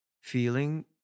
feeling